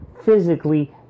physically